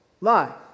lie